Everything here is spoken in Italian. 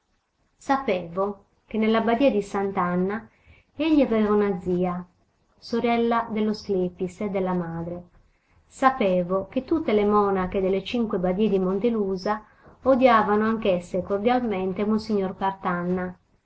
sapevo che nella badia di sant'anna egli aveva una zia sorella dello sclepis e della madre sapevo che tutte le monache delle cinque badie di montelusa odiavano anch'esse cordialmente monsignor partanna